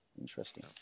interesting